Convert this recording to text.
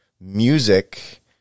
music